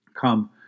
Come